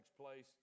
place